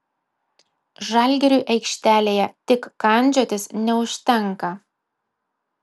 žalgiriui aikštelėje tik kandžiotis neužtenka